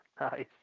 Nice